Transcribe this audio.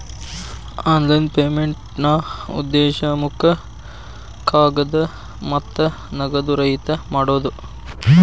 online ಪೇಮೆಂಟ್ನಾ ಉದ್ದೇಶ ಮುಖ ಕಾಗದ ಮತ್ತ ನಗದು ರಹಿತ ಮಾಡೋದ್